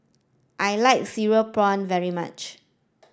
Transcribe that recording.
I like cereal prawn very much